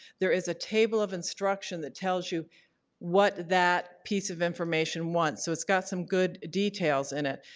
there is a table of instruction that tells you what that piece of information wants. so it's got some good details in it.